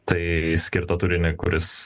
tai skirtą turinį kuris